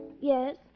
Yes